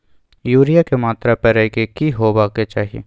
Urea के मात्रा परै के की होबाक चाही?